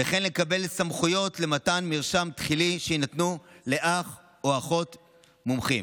וכן לקבוע סמכויות למתן מרשם תחילי שיינתנו לאח או אחות מומחים.